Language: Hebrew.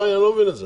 אני לא מבין את זה.